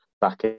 back